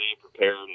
prepared